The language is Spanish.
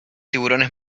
tiburones